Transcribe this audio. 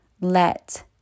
let